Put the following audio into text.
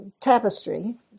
tapestry